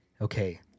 Okay